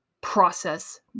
Process